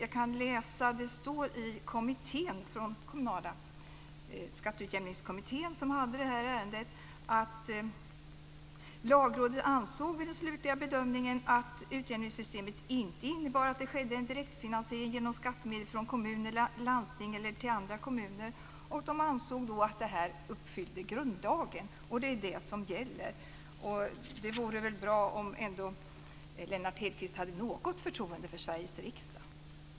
Från Kommunala skatteutjämningskommittén, som hade hand om det här ärendet, sägs det att Lagrådet ansåg vid den slutliga bedömningen att utjämningssystemet inte innebar att det skedde en direktfinansiering genom skattemedel från kommuner eller landsting eller till andra kommuner. De ansåg då att det här uppfyllde grundlagen, och det är det som gäller. Det vore väl bra om Per Landgren hade något förtroende för Sveriges riksdag!